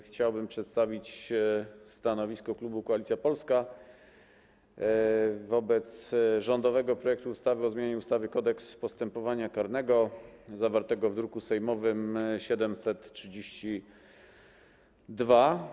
Chciałbym przedstawić stanowisko klubu Koalicja Polska wobec rządowego projektu ustawy o zmianie ustawy - Kodeks postępowania karnego, zawartego w druku sejmowym nr 732.